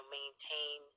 maintain